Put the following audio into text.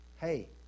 hey